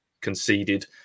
conceded